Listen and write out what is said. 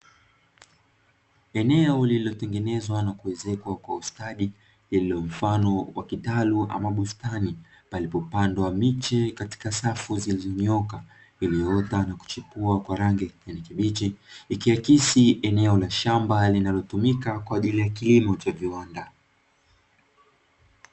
Eneo lililotengenezwa na kuezekwa kwa ustadi, lililo mfano wa kitalu ama bustani, palipoandwa miche katika safu zilizonyooka, iliyoota na kuchipua kwa rangi ya kijani kibichi, likiakisi eneo la shamba linalotumika kwa ajili ya kilimo cha viwanda.